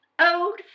Old